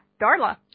Darla